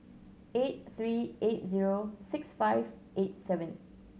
eight three eight zero six five eight seven